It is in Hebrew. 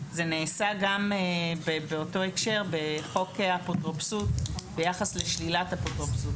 זה נעשה גם באותו הקשר בחוק האפוטרופסות ביחס לשלילת אפוטרופסות.